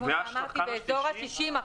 כמו שאמרתי באזור ה-60 אחוזים.